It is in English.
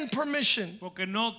permission